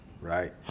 right